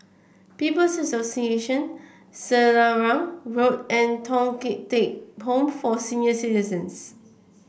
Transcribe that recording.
People's Association Selarang Road and Thong Teck Home for Senior Citizens